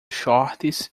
shorts